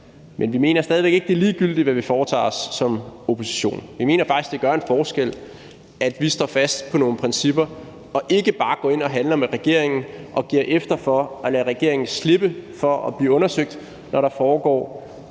men vi mener stadig væk ikke, det er ligegyldig, hvad vi foretager os som opposition. Vi mener faktisk, det gør en forskel, at vi står fast på nogle principper og ikke bare går ind og handler med regeringen og giver efter og lader regeringen slippe for at blive undersøgt, når der